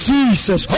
Jesus